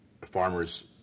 farmer's